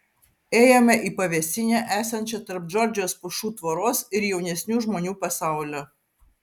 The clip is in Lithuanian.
ėjome į pavėsinę esančią tarp džordžijos pušų tvoros ir jaunesnių žmonių pasaulio